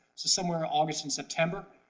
so somewhere in august and september.